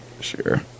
Sure